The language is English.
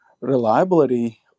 reliability